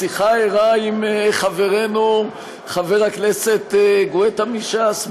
בשיחה ערה עם חברנו חבר הכנסת גואטה מש"ס.